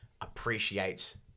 appreciates